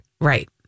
Right